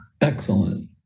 Excellent